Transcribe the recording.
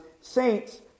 saints